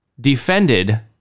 defended